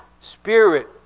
spirit